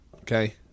Okay